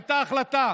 הייתה החלטה